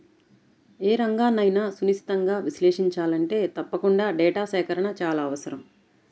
ఏ రంగన్నైనా సునిశితంగా విశ్లేషించాలంటే తప్పకుండా డేటా సేకరణ చాలా అవసరం